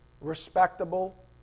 Respectable